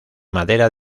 madera